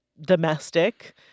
domestic